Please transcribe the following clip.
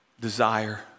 desire